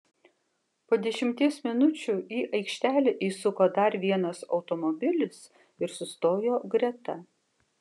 po dešimties minučių į aikštelę įsuko dar vienas automobilis ir sustojo greta